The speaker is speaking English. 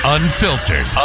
Unfiltered